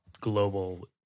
global